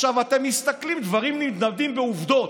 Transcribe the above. דברים נמדדים בעובדות,